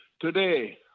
Today